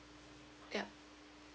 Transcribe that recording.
yup